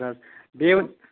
ادٕ حظ بیٚیہِ ؤنۍ